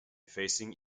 facing